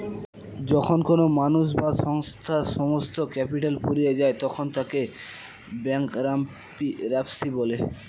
যখন কোনো মানুষ বা সংস্থার সমস্ত ক্যাপিটাল ফুরিয়ে যায় তখন তাকে ব্যাঙ্করাপ্সি বলে